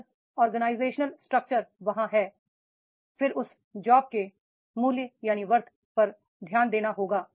अगर organisation structure वहां है फिर उस जॉब के मूल्य पर ध्यान देना होगा